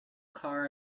car